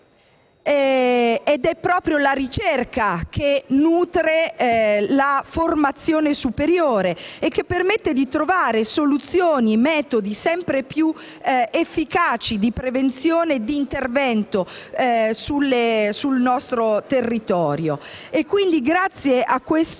È proprio la ricerca che nutre la formazione superiore e che permette di trovare soluzioni e metodi sempre più efficaci di prevenzione e di intervento sul nostro territorio. Il disegno